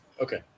Okay